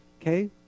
Okay